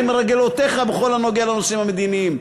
אני אסקופה נדרסת למרגלותיך בכל הנוגע לנושאים המדיניים.